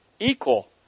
equal